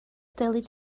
dylid